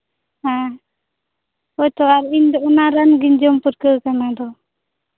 ᱦᱮᱸ ᱦᱳᱭ ᱛᱳ ᱟᱨ ᱤᱧ ᱫᱚ ᱚᱱᱟ ᱨᱟᱱ ᱜᱤᱧ ᱡᱚᱢ ᱯᱟᱹᱨᱠᱟᱹᱣ ᱠᱟᱱᱟ ᱚᱱᱟ ᱫᱚ